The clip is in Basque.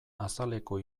azaleko